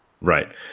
right